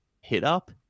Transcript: hit-up